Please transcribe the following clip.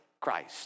Christ